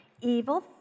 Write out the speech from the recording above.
Evil